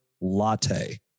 latte